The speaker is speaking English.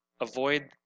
avoid